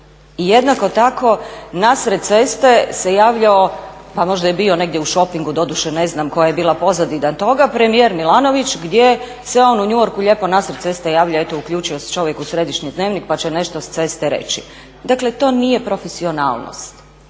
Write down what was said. I jednako tako nasred ceste se javljao, pa možda je bio negdje u šopingu doduše, ne znam koja je bila pozadina toga, premijer Milanović gdje se on u New Yorku lijepo nasred ceste javlja, eto uključio se čovjek u središnji Dnevnik pa će nešto s ceste reći. Dakle, to nije profesionalnost